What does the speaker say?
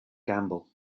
gamble